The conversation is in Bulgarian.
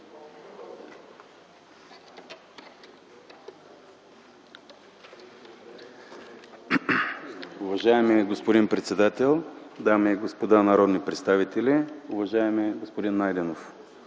Уважаеми господин председател, дами и господа народни представители! Уважаеми господин Найденов,